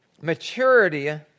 Maturity